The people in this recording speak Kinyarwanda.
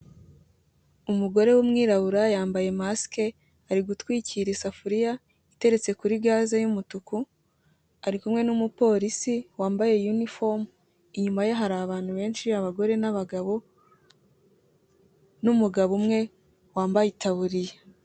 Umugore w'umwirabura yambaye masike, ari gutwikira isafuriya iteretse kuri gaze y'umutuku, ari kumwe n'umupolisi wambaye yunifomu, inyuma ye hari abantu benshi abagore n'abagabo, n'umugabo umwe wambaye itaburiya.